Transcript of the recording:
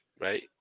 Right